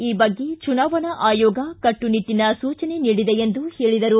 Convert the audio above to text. ಈ ಬಗ್ಗೆ ಚುನಾವಣಾ ಆಯೋಗ ಕಟ್ಟುನಿಟ್ಟನ ಸೂಚನೆ ನೀಡಿದೆ ಎಂದು ಹೇಳಿದರು